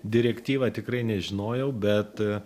direktyvą tikrai nežinojau bet